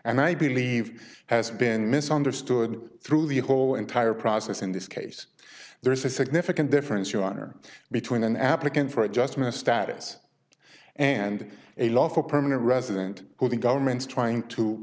and i believe has been misunderstood through the whole entire process in this case there is a significant difference your honor between an applicant for adjustment of status and a lawful permanent resident who the government's trying to